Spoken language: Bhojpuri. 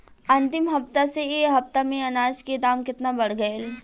अंतिम हफ्ता से ए हफ्ता मे अनाज के दाम केतना बढ़ गएल?